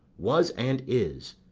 was and is,